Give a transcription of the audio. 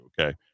okay